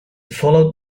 followed